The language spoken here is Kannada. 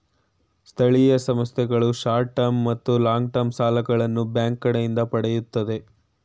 ಸ್ಥಳೀಯ ಸಂಸ್ಥೆಗಳು ಶಾರ್ಟ್ ಟರ್ಮ್ ಮತ್ತು ಲಾಂಗ್ ಟರ್ಮ್ ಸಾಲಗಳನ್ನು ಬ್ಯಾಂಕ್ ಕಡೆಯಿಂದ ಪಡೆಯುತ್ತದೆ